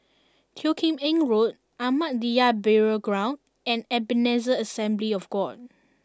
Teo Kim Eng Road Ahmadiyya Burial Ground and Ebenezer Assembly of God